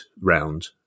round